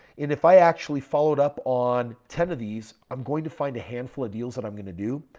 and if i actually followed up on ten of these, i'm going to find a handful of deals that i'm going to do.